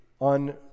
on